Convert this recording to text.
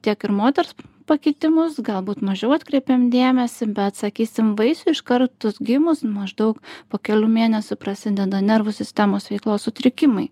tiek ir moters pakitimus galbūt mažiau atkreipiam dėmesį bet sakysim vaisiui iškart gimus maždaug po kelių mėnesių prasideda nervų sistemos veiklos sutrikimai